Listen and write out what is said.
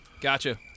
Gotcha